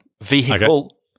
vehicle